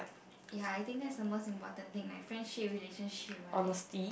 ya I think that is the most important thing friendship relationship right